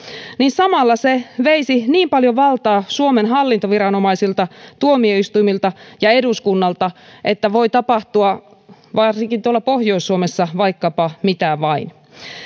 samalla se veisi niin paljon valtaa suomen hallintoviranomaisilta tuomioistuimilta ja eduskunnalta että voi tapahtua varsinkin tuolla pohjois suomessa vaikkapa mitä vain